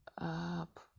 up